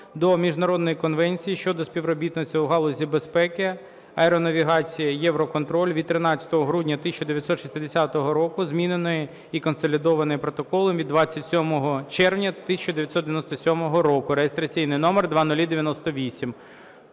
до Міжнародної Конвенції щодо співробітництва у галузі безпеки аеронавігації "ЄВРОКОНТРОЛЬ" від 13 грудня 1960 року, зміненої і консолідованої Протоколом від 27 червня 1997 року (реєстраційний номер 0098).